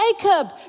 Jacob